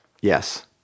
Yes